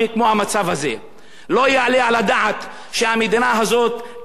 לא יעלה על הדעת שהמדינה הזאת תתנהג בצורה לא אחראית.